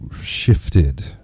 shifted